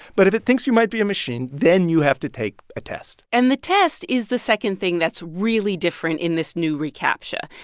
but if it thinks you might be a machine, then you have to take a test and the test is the second thing that's really different in this new recaptcha.